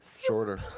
shorter